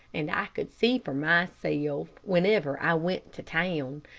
and i could see for myself, whenever i went to town,